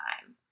time